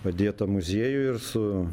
padėta muziejuj ir su